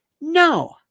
No